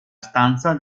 stanza